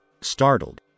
Startled